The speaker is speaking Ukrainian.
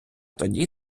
тоді